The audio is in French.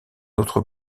autre